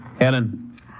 Helen